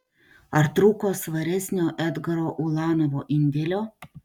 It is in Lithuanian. ar trūko svaresnio edgaro ulanovo indėlio